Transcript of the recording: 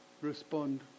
respond